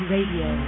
Radio